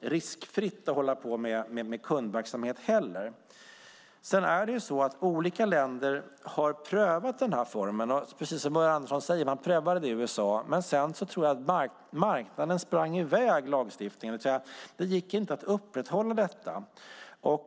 riskfritt att hålla på med kundverksamhet heller. Olika länder har prövat den här formen. Precis som Ulla Andersson sade prövade man det i USA, men sedan tror jag att marknaden sprang ifrån lagstiftningen. Det gick inte att upprätthålla detta.